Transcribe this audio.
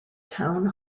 town